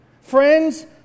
Friends